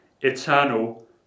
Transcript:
eternal